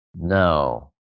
No